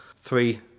three